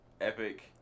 Epic